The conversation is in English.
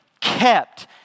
kept